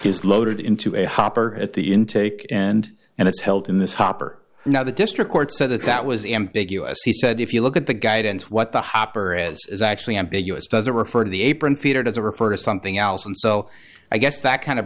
is loaded into a hopper at the intake and and it's held in this hopper now the district court said that that was ambiguous he said if you look at the guidance what the hopper is actually ambiguous doesn't refer to the apron featured as a refer to something else and so i guess that kind of